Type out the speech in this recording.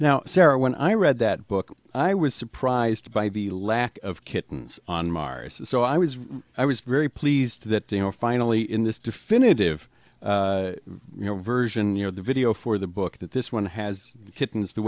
now sarah when i read that book i was surprised by the lack of kittens on mars and so i was i was very pleased that they are finally in this definitive version you're the video for the book that this one has the